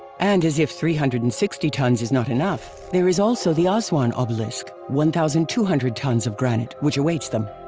and as if three hundred and sixty tons is not enough, there is also the aswan obelisk, one thousand two hundred tons of granite, which awaits them.